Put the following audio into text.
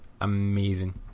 Amazing